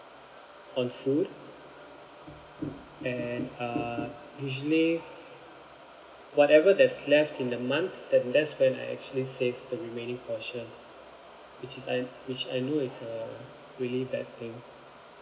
on food and uh usually whatever that's left in the month then that's when I actually save the remaining portion which is I which I know is a really bad thing